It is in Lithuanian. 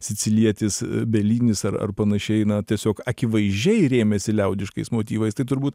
sicilietis bielinis ar ar panašiai na tiesiog akivaizdžiai rėmėsi liaudiškais motyvais tai turbūt